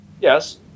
Yes